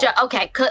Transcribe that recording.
Okay